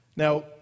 Now